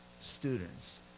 students